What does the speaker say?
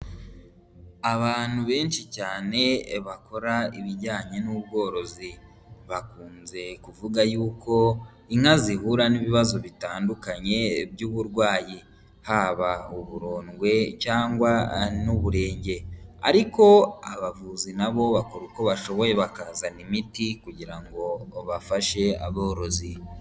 Abantu benshi cyane bakora ibijyanye n'ubworozi bakunze kuvuga yuko inka zihura n'ibibazo bitandukanye by'uburwayi, haba uburondwe cyangwa n'uburenge, ariko abavuzi nabo bakora uko bashoboye bakazana imiti kugira ngo bafashe aborozi.